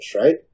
right